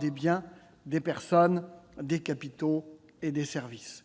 des biens, des personnes, des capitaux et des services.